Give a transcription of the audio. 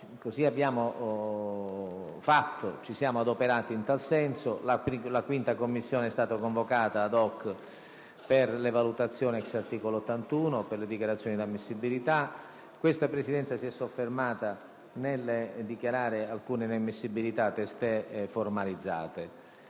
Così abbiamo fatto e ci siamo adoperati in tal senso. La 5a Commissione è stata convocata *ad hoc*, per le valutazioni *ex* articolo 81 della Costituzione e per le dichiarazioni di inammissibilità. Questa Presidenza si è inoltre soffermata nel dichiarare alcune inammissibilità, testé formalizzate.